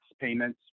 payments